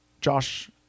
Josh